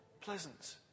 pleasant